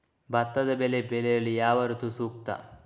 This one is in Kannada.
ಭತ್ತದ ಬೆಳೆ ಬೆಳೆಯಲು ಯಾವ ಋತು ಸೂಕ್ತ?